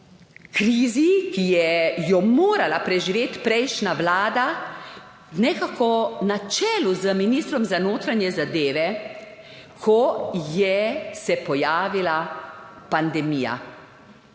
krizi, ki je, jo morala preživeti prejšnja vlada, nekako na čelu z ministrom za notranje zadeve, ko je se pojavila pandemija.